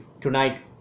tonight